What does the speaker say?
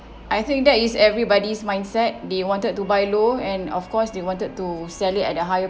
I think that is everybody's mindset they wanted to buy low and of course they wanted to sell it at a higher